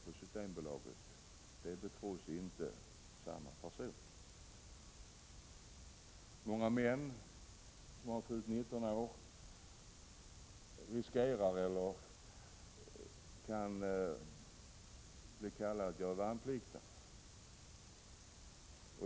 på Systembolaget får dessa personer inte göra. Många män som har fyllt 19 år kan bli kallade att göra värnplikten.